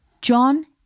John